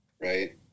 right